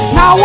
Now